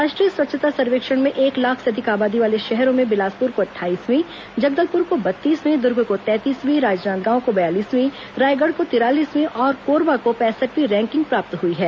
राष्ट्रीय स्वच्छता सर्वेक्षण में एक लाख से अधिक आबादी वाले शहरों में बिलासपुर को अट्ठाईसवीं जगदलपुर को बत्तीसवीं दुर्ग को तैंतीसवीं राजनांदगांव को बयालीसवीं रायगढ़ को तिरालीसवीं और कोरबा को पैंसठवीं रैकिंग प्राप्त हुई है